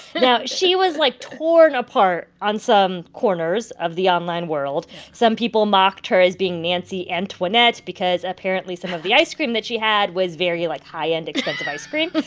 now she was, like, torn apart on some corners of the online world. some people mocked her as being nancy antoinette because apparently some of the ice cream that she had was very, like, high-end, expensive ice cream.